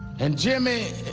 and jimmy